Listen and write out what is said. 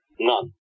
None